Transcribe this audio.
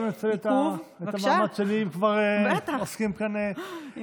אפשר לנצל את המעמד שלי, אם כבר עוסקים כאן בזה?